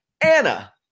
Anna